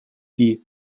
die